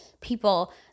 people